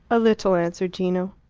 a little, answered gino.